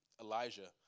Elijah